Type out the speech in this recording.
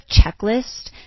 checklist